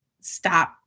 stop